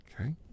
Okay